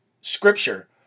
scripture